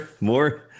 more